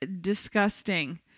disgusting